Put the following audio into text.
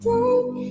Take